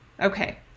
Okay